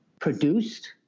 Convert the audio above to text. produced